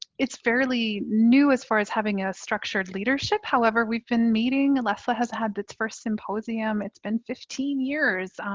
it's fairly new as far as having a structured leadership. however we've been meeting. leslla has had it's first symposium, it's been fifteen years.